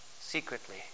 secretly